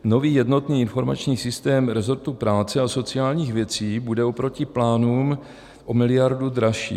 Nový jednotný informační systém rezortu práce a sociálních věcí bude oproti plánům o miliardu dražší.